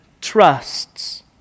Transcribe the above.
trusts